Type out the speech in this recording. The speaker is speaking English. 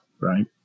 right